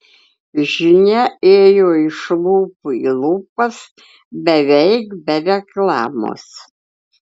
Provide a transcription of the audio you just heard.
žinia ėjo iš lūpų į lūpas beveik be reklamos